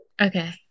Okay